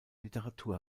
literatur